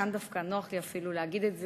כאן דווקא נוח לי אפילו להגיד את זה,